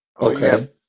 Okay